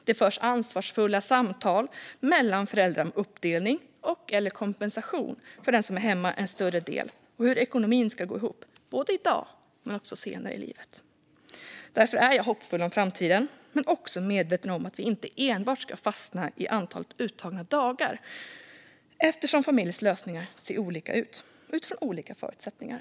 Det förs ansvarsfulla samtal mellan föräldrar om uppdelning och kompensation för den som är hemma en större del och om hur ekonomin ska gå ihop både i dag och senare i livet. Därför är jag hoppfull om framtiden men också medveten om att vi inte enbart ska fastna i antalet uttagna dagar eftersom familjers lösningar ser olika ut utifrån olika förutsättningar.